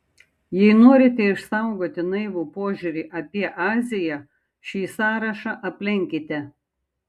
jei norite išsaugoti naivų požiūrį apie aziją šį sąrašą aplenkite